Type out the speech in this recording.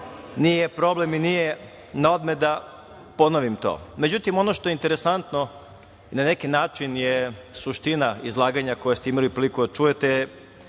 nije problem i nije na odmet da ponovim to. Ono što je interesantno i na neki način je suština izlaganja koja ste imali priliku da čujete,